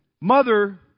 mother